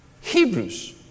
Hebrews